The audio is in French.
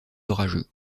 orageux